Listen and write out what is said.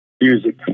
Music